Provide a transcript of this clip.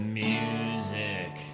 music